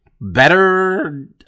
better